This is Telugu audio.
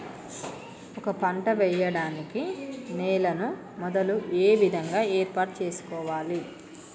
ఒక పంట వెయ్యడానికి నేలను మొదలు ఏ విధంగా ఏర్పాటు చేసుకోవాలి?